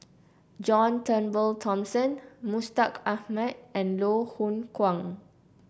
John Turnbull Thomson Mustaq Ahmad and Loh Hoong Kwan